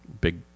big